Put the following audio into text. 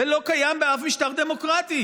זה לא קיים באף משטר דמוקרטי.